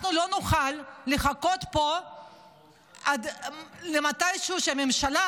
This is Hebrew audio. אנחנו לא נוכל לחכות פה למתישהו שהממשלה